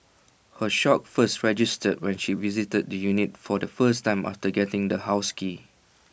her shock first registered when she visited the unit for the first time after getting the house key